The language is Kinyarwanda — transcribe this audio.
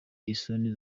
isoni